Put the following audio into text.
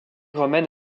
romaine